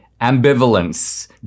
ambivalence